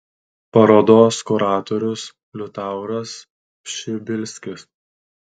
parodos kuratorius liutauras pšibilskis